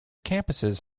campuses